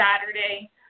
Saturday